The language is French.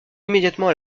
immédiatement